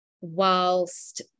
whilst